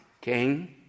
king